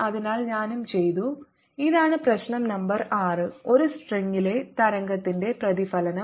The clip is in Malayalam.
അതിനാൽ ഞാനും ചെയ്തു ഇതാണ് പ്രശ്നo നമ്പർ 6 ഒരു സ്ട്രിംഗിലെ തരംഗത്തിന്റെ പ്രതിഫലനം